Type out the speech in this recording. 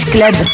Club